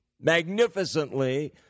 magnificently